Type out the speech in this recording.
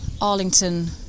Arlington